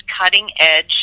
cutting-edge